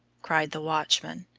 cried the watchman.